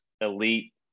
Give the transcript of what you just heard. elite